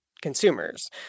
consumers